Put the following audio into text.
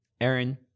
Aaron